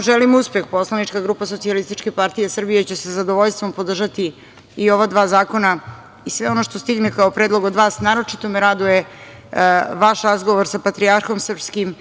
Želim vam uspeh. Poslanička grupa Socijalističke partije Srbije će sa zadovoljstvom podržati i ova dva zakona i sve ono što stigne kao predlog od vas. Naročito me raduje vaš razgovor sa patrijarhom srpskim